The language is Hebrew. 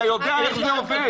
אתה יודע איך זה עובד.